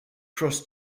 cross